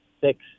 six